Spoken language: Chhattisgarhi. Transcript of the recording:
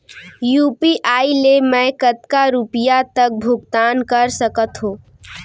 यू.पी.आई ले मैं कतका रुपिया तक भुगतान कर सकथों